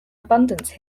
abundance